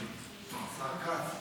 השר כץ.